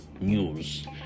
news